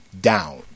down